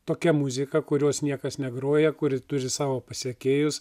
tokia muzika kurios niekas negroja kuri turi savo pasekėjus